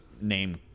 name